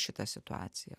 šitą situaciją